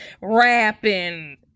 rapping